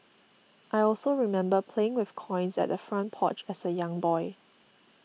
I also remember playing with coins at the front porch as a young boy